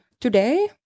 today